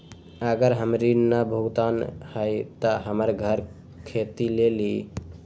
अगर हमर ऋण न भुगतान हुई त हमर घर खेती लेली?